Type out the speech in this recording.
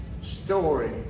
story